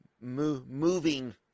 moving